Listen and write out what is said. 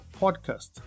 podcast